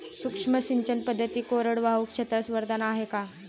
सूक्ष्म सिंचन पद्धती कोरडवाहू क्षेत्रास वरदान आहे का?